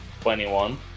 twenty-one